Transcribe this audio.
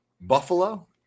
Buffalo